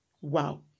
Wow